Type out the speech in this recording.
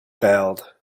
failed